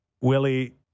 Willie